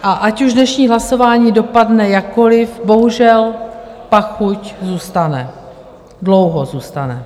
A ať už dnešní hlasování dopadne jakkoliv, bohužel pachuť zůstane, dlouho zůstane.